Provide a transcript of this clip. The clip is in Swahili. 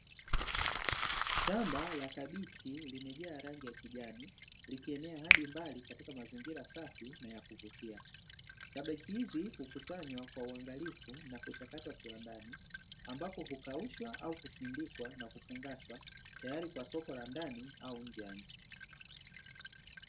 Shamba la kabichi limejaa rangi ya kijani likienea hadi mbali katika mazingira safi na ya kuvutia, kabichi hizi kukusanywa kwa uangalifu na kuchakatwa kiwandani ambapo kukaushwa au kusindikwa na kufungashwa tayari kwa soko la ndani au nje ya nchi.